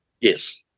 Yes